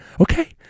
Okay